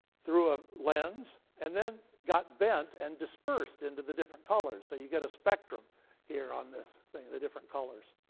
through a lens, and then got bent and dispersed into the different colors. so you get a spectrum here on this thing, the different colors.